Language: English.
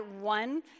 one